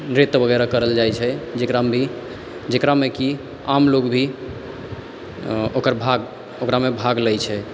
नृत्य वगैरह करल जाइ छै जकरा भी मे जेकरामे की आम लोग भी ओकर भाग ओकरामे भाग लै छै